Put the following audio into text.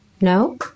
No